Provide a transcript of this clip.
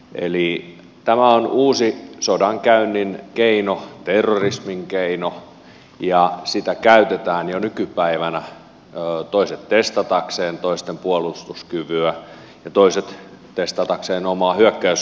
eli tämä on uusi sodankäynnin keino terrorismin keino ja sitä käytetään jo nykypäivänä toiset testatakseen toisten puolustuskykyä ja toiset testatakseen omaa hyökkäyskykyä